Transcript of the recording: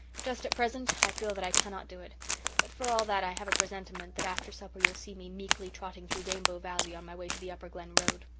just at present i feel that i cannot do it but for all that i have a presentiment that after supper you'll see me meekly trotting through rainbow valley on my way to the upper glen road.